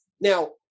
Now